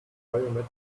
biometric